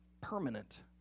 permanent